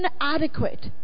inadequate